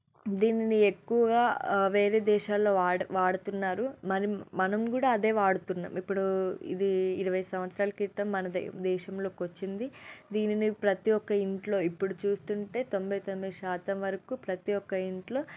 దీనిని ఎక్కువగా వేరే దేశాల్లో వాడ వాడుతున్నారు మనం మనం కూడా అదే వాడుతున్నాం ఇప్పుడు ఇది ఇరవై సంవత్సరాల క్రితం మనదే దేశంలోకి వచ్చింది దీనిని ప్రతీ ఒక్క ఇంట్లో ఇప్పుడు చూస్తుంటే తొంభై తొమ్మిది శాతం వరకు ప్రతీ ఒక్క ఇంట్లో